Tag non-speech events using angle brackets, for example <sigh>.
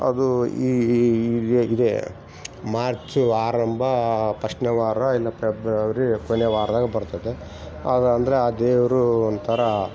ಅದು <unintelligible> ಇದೇ ಮಾರ್ಚು ಆರಂಭ ಪಸ್ಟ್ನೇ ವಾರ ಇಲ್ಲ ಪೆಬ್ರವರಿ ಕೊನೆ ವಾರ್ದಾಗೆ ಬರ್ತತೆ ಅದು ಅಂದರೆ ಆ ದೇವರು ಒಂಥರಾ